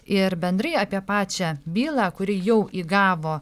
ir bendrai apie pačią bylą kuri jau įgavo